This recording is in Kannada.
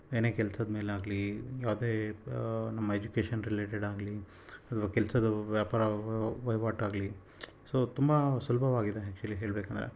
ಏನೇ ಕೆಲ್ಸದ ಮೇಲೆ ಆಗಲಿ ಯಾವುದೇ ನಮ್ಮ ಎಜುಕೇಶನ್ ರಿಲೇಟೆಡ್ ಆಗಲೀ ಅಥ್ವ ಕೆಲಸದ ವ್ಯಾಪಾರ ವಹಿವಾಟಾಗ್ಲಿ ಸೊ ತುಂಬ ಸುಲಭವಾಗಿದೆ ಆ್ಯಕ್ಚುಲಿ ಹೇಳಬೇಕಂದ್ರೆ